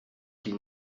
qu’il